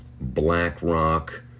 BlackRock